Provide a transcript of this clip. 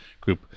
group